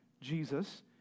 Jesus